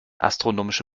astronomische